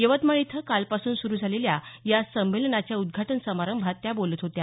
यवतमाळ इथं कालपासून सुरू झालेल्या या संमेलनाच्या उद्घाटन समारंभात त्या बोलत होत्या